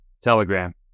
Telegram